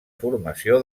formació